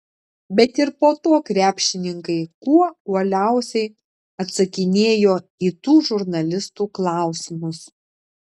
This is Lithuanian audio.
bet ir po to krepšininkai kuo uoliausiai atsakinėjo į tų žurnalistų klausimus